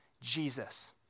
Jesus